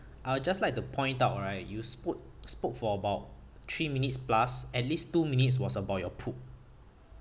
I'll just like to point out right you spo~ spoke for about three minutes plus at least two minutes was about your poop